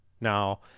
Now